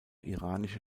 iranische